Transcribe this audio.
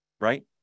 right